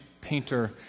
painter